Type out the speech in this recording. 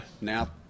now